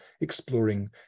exploring